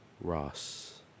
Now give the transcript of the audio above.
Ross